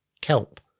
Kelp